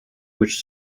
which